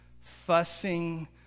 fussing